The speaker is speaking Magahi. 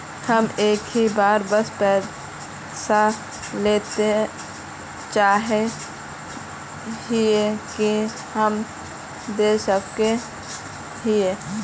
हम एक ही बार सब पैसा देल चाहे हिये की हम दे सके हीये?